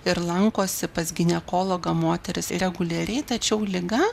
ir lankosi pas ginekologą moteris reguliariai tačiau liga